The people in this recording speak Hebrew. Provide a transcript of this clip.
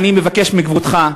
אני מבקש מכבודך,